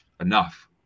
enough